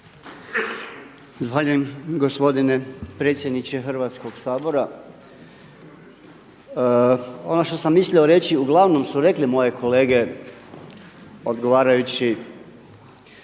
Zahvaljujem gospodine predsjedniče Hrvatskog sabora. Ono što sam mislio reći uglavnom su rekli moje kolege odgovarajući